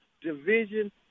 division